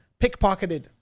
Pickpocketed